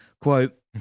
quote